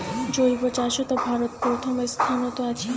জৈব চাষত ভারত প্রথম স্থানত আছি